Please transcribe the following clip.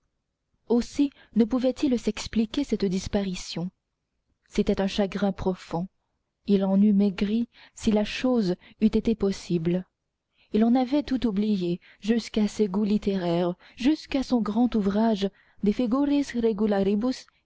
aussi ne pouvait-il s'expliquer cette disparition c'était un chagrin profond il en eût maigri si la chose eût été possible il en avait tout oublié jusqu'à ses goûts littéraires jusqu'à son grand ouvrage de